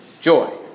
joy